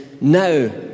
Now